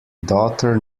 daughter